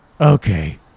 okay